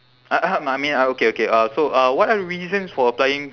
uh um I mean uh okay okay uh so uh what are the reasons for applying